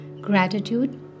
Gratitude